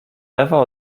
ewa